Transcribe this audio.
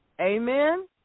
Amen